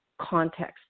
context